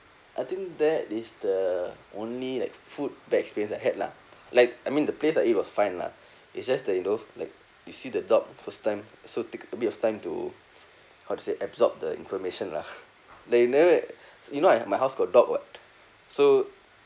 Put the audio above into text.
I think that is the only like food bad experience I had lah like I mean the place I eat was fine lah it's just that you know like you see the dog first time so take a bit of time to how to say absorb the information lah like you never you know I my house got dog [what] so